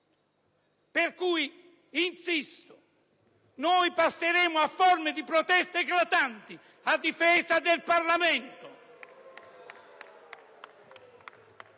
commedia! Insisto, noi passeremo a forme di protesta eclatanti a difesa del Parlamento